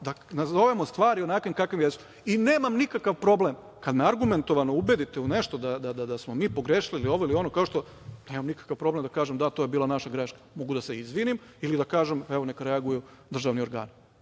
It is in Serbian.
nazovimo stvari onakvim kave jesu. Nemam nikakav problem. Kada me argumentovano ubedite u nešto da smo mi pogrešili ili ovo ili ono, nemam nikakav problem da kažem da, to je bila naša greška, mogu da se izvinim ili da kažem – evo, neka reaguju državni organi,